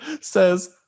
says